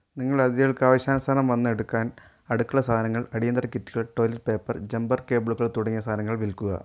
നിങ്ങളുടെ അതിഥികൾക്ക് ആവശ്യാനുസരണം വന്ന് എടുക്കാൻ അടുക്കള സാധനങ്ങൾ അടിയന്തര കിറ്റുകൾ ടോയ്ലറ്റ് പേപ്പർ ജമ്പർ കേബിളുകൾ തുടങ്ങിയ സാധനങ്ങൾ വിൽക്കുക